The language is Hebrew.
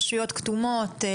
רשויות כתומות,